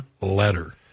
letter